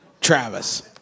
Travis